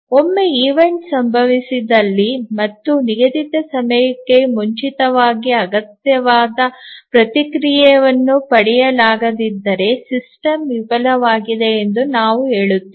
ಒಮ್ಮೆ ಈವೆಂಟ್ ಸಂಭವಿಸಿದಲ್ಲಿ ಮತ್ತು ನಿಗದಿತ ಸಮಯಕ್ಕೆ ಮುಂಚಿತವಾಗಿ ಅಗತ್ಯವಾದ ಪ್ರತಿಕ್ರಿಯೆಯನ್ನು ಪಡೆಯಲಾಗದಿದ್ದರೆ ಸಿಸ್ಟಮ್ ವಿಫಲವಾಗಿದೆ ಎಂದು ನಾವು ಹೇಳುತ್ತೇವೆ